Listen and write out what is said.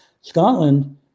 Scotland